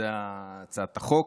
זוהי הצעת החוק.